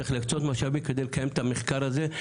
צריך להקצות משאבים כדי לקיים את המחקר הזה,